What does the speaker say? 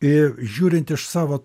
ė žiūrint iš savo